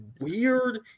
weird